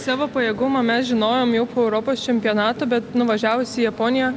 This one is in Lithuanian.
savo pajėgumą mes žinojom jau po europos čempionato bet nuvažiavus į japoniją